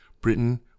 Britain